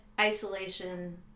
isolation